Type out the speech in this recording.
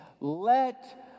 let